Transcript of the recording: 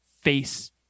face